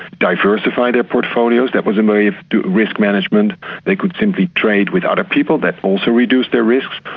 diversify their portfolios, that was a way of risk management they could simply trade with other people, that also reduce their risks.